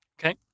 Okay